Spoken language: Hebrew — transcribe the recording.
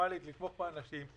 נורמלית לתמוך באנשים.